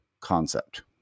concept